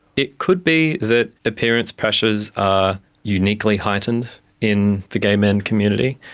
it could be that appearance pressures are uniquely heightened in the gay men community,